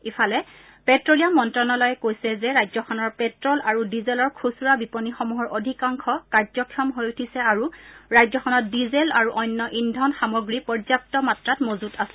ইফালে পেট্টোলিয়াম মন্ত্ৰণালয়ে কৈছে যে ৰাজ্যখনৰ পেট্টোল আৰু ডিজেলৰ খুচুৰা বিপণীসমূহৰ অধিকাংশ কাৰ্যক্ষম হৈ উঠিছে আৰু ৰাজ্যখনত ডিজেল আৰু অন্য ইন্ধন সামগ্ৰী পৰ্য্যাপ্ত মাত্ৰাত মজুত আছে